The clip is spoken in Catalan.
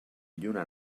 lluna